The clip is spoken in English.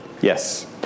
Yes